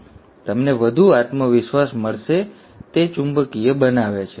પછી તમને વધુ આત્મવિશ્વાસ મળશે તે ચુંબકીય બનાવે છે